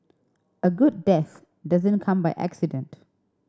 a good death doesn't come by accident